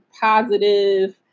positive